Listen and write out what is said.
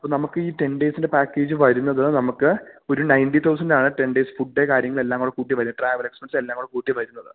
അപ്പോള് നമുക്ക് ഈ ടെൻ ഡെയ്സിൻ്റെ പാക്കേജ് വരുന്നത് നമുക്ക് ഒരു നയൻറ്റി തൗസൻഡാണ് ടെൻ ഡെയ്സ് ഫുഡ് കാര്യങ്ങളുമെല്ലാംകൂടി കൂട്ടി വരുന്നത് ട്രാവല് എക്സ്പെൻസ് എല്ലാംകൂടെ കൂട്ടി വരുന്നത്